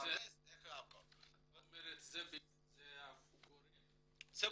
אומר שזה הגורם לסכסוך,